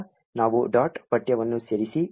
ಆದ್ದರಿಂದ ನಾವು ಡಾಟ್ ಪಠ್ಯವನ್ನು ಸೇರಿಸಿ ಉಳಿಸಿ